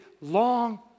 long